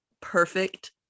perfect